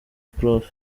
prof